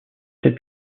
cette